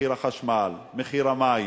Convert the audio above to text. מחיר החשמל, מחיר המים,